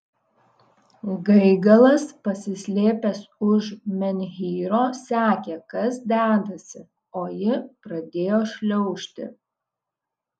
gaigalas pasislėpęs už menhyro sekė kas dedasi o ji pradėjo šliaužti